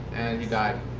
and he died.